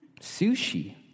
sushi